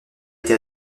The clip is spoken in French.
été